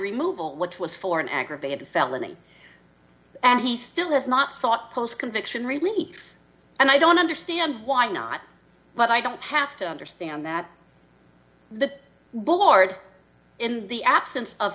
removal which was for an aggravated felony and he still has not sought post conviction relief and i don't understand why not but i don't have to understand that the bull ordered in the absence of